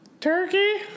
Turkey